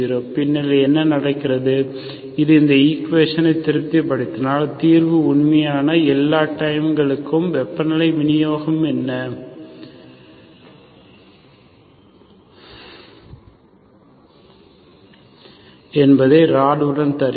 பின்னர் என்ன நடக்கிறது இது இந்த ஈக்குவேஷனை திருப்திப்படுத்தினால் தீர்வு உண்மையில் எல்லா டைம் கங்களுக்கும் வெப்பநிலை விநியோகம் என்ன என்பதை ராட் உடன் தருகிறது